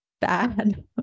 bad